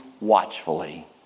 watchfully